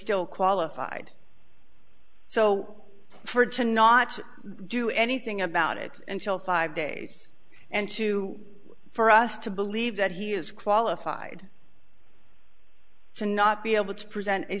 still qualified so for to not do anything about it until five days and two for us to believe that he is qualified to not be able to present a